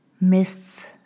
Mists